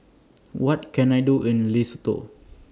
What Can I Do in Lesotho